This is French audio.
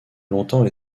longtemps